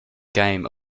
game